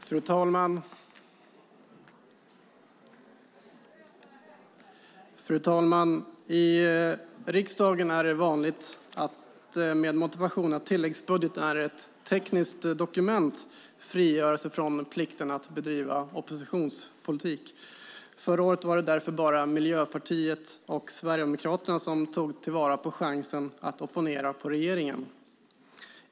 Fru talman! I riksdagen är det vanligt att med motiveringen att tilläggsbudgeten är ett tekniskt dokument frigöra sig från plikten att bedriva oppositionspolitik. Förra året var det därför bara Miljöpartiet och Sverigedemokraterna som tog chansen att opponera på regeringen.